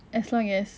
as long as